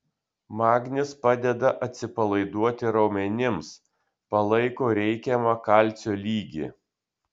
magnis padeda atsipalaiduoti raumenims palaiko reikiamą kalcio lygį